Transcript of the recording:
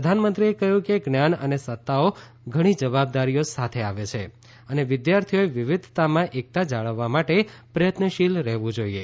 પ્રધાનમંત્રીએ કહ્યું કે જ્ઞાન અને સતાઓ ઘણી જવાબદારીઓ સાથે આવે છે અને વિદ્યાર્થીઓએ વિવિધતામાં એકતા જાળવવા માટે પ્રયત્નશીલ રહેવું જોઈએ